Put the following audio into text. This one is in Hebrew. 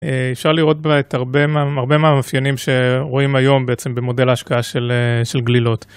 אפשר לראות בה את הרבה מהמאפיינים שרואים היום בעצם במודל ההשקעה של גלילות.